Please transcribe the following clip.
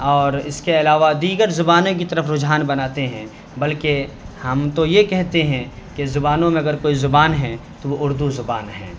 اور اس کے علاوہ دیگر زبانوں کی طرف رجحان بناتے ہیں بلکہ ہم تو یہ کہتے ہیں کہ زبانوں میں اگر کوئی زبان ہے تو وہ اردو زبان ہے